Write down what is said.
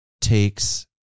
takes